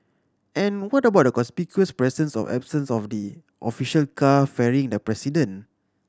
and what about the conspicuous presence or absence of the official car ferrying the president